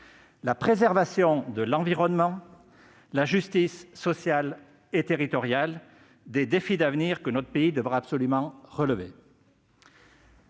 la préservation de l'environnement, la justice sociale et territoriale. Tels sont les défis d'avenir que notre pays devra absolument relever.